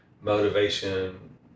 motivation